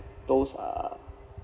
those uh